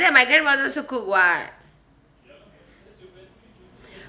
that my grandmother also cook [what]